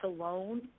alone